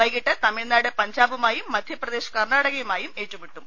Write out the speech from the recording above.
വൈകിട്ട് തമിഴ്നാട് പഞ്ചാബുമായും മധ്യപ്രദേശ് കർണാടകയുമായും ഏറ്റുമുട്ടും